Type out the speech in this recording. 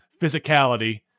physicality